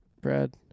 Brad